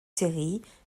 séries